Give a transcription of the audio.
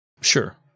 Sure